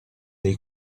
dei